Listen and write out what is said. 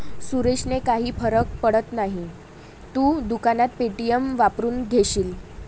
सुरेशने काही फरक पडत नाही, तू दुकानात पे.टी.एम वापरून घेशील